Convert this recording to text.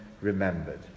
remembered